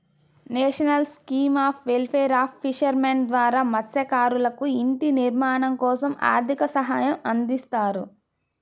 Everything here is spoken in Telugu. national scheme of welfare of fishermen ద్వారా మత్స్యకారులకు ఇంటి నిర్మాణం కోసం ఆర్థిక సహాయం అందిస్తారు